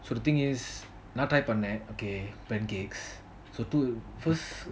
so the thing is நான்:naan try பண்ணன்:pannan okay pancakes so two first